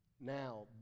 Now